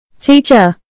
Teacher